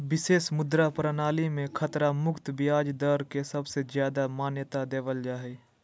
विशेष मुद्रा प्रणाली मे खतरा मुक्त ब्याज दर के सबसे ज्यादा मान्यता देवल जा हय